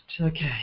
Okay